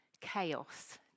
chaos